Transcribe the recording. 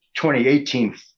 2018